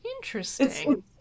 Interesting